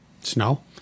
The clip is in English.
Snow